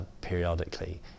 periodically